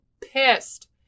pissed